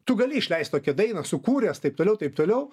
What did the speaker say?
tu gali išleist tokią dainą sukūręs taip toliau taip toliau